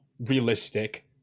realistic